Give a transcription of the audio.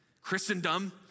Christendom